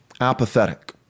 apathetic